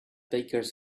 bakers